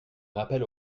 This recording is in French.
rappel